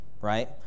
right